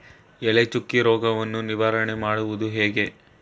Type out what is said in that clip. ಎಲೆ ಚುಕ್ಕಿ ರೋಗವನ್ನು ನಿವಾರಣೆ ಮಾಡುವುದು ಹೇಗೆ?